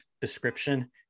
description